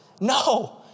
No